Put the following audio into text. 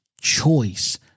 choice